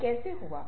ये कैसे हुआ